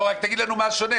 רק תגיד לנו מה שונה,